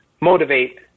motivate